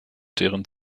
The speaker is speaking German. deren